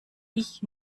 ich